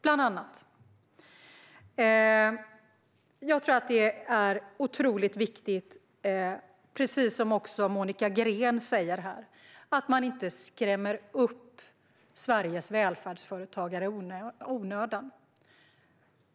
Precis som Monica Green säger är det otroligt viktigt att man inte skrämmer upp Sveriges välfärdsföretagare i onödan.